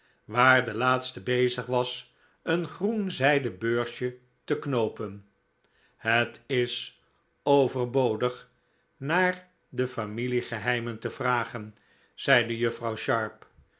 de laatste bezig was een groen zijden beursje te knoopen het is overbodig naar de familiegeheimen te vragen zeide juffrouw sharp